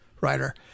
writer